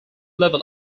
level